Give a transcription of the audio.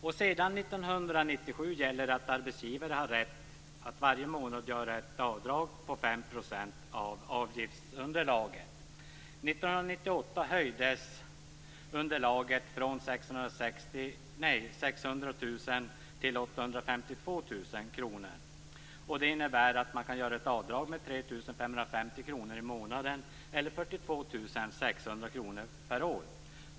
Sedan 1997 gäller att arbetsgivare har rätt att varje månad göra ett avdrag på 5 % av avgiftsunderlaget. 1998 höjdes underlaget från 600 000 kr till 852 000 kr. Det innebär att man kan göra ett avdrag med 3 550 kr i månaden eller 42 600 kr per år.